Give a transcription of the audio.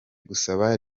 gusaba